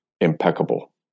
impeccable